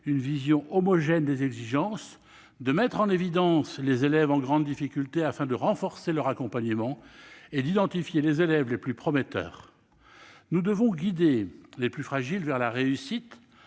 une vision homogène des exigences, de mettre en évidence les élèves en grande difficulté afin de renforcer leur accompagnement, et d'identifier les élèves les plus prometteurs. Nous devons guider les plus fragiles vers la réussite